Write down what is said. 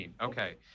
Okay